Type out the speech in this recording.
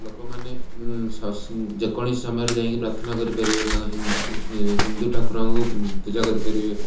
ଲୋକମାନେ ଯେକୌଣସି ସମୟରେ ଯାଇକି ପ୍ରାର୍ଥନା କରିପାରିବେ ତାଙ୍କ ହିନ୍ଦୁ ଠାକୁରଙ୍କୁ ପୂଜା କରିପାରିବେ